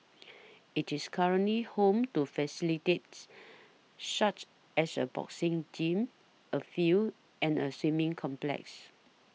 it is currently home to facilities such as a boxing Gym a field and a swimming complex